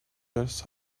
das